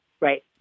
Right